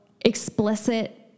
explicit